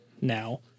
now